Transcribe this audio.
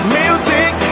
music